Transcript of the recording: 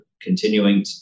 continuing